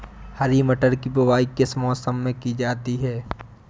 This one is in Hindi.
हरी मटर की बुवाई किस मौसम में की जाती है?